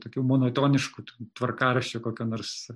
tokiu monotonišku tvarkaraščiu kokio nors